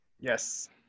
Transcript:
Yes